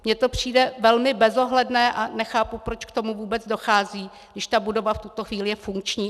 Mně to přijde velmi bezohledné a nechápu, proč k tomu vůbec dochází, když ta budova v tuto chvíli je funkční.